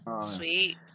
sweet